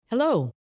Hello